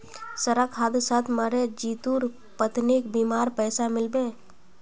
सड़क हादसात मरे जितुर पत्नीक बीमार पैसा मिल बे